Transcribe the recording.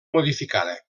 modificada